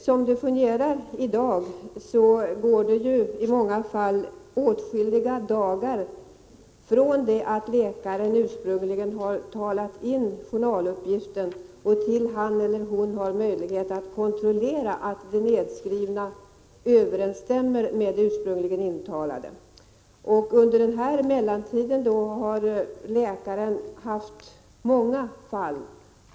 Som det fungerar i dag går det i många fall åtskilliga dagar från det att läkaren har talat in journaluppgiften till dess att han eller hon har möjlighet att kontrollera att det utskrivna överensstämmer med det ursprungligen intalade. Under mellantiden har läkaren behandlat många fall.